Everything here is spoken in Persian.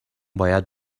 باید